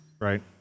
Right